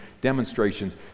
demonstrations